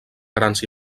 grans